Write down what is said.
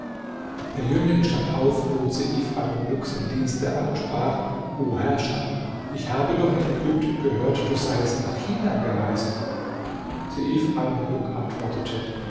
der jüngling stand auf bot seif almuluk seine dienste an und sprach o herrscher ich habe doch in ägypten gehört du seiest nach china gereist seif almuluk antwortete